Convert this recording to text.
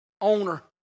owner